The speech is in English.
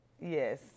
Yes